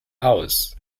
aus